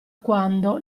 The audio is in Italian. quando